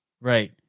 Right